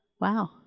Wow